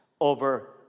over